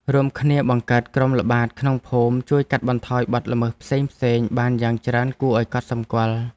រួមគ្នាបង្កើតក្រុមល្បាតក្នុងភូមិជួយកាត់បន្ថយបទល្មើសផ្សេងៗបានយ៉ាងច្រើនគួរឱ្យកត់សម្គាល់។